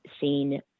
seen